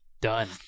Done